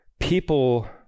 people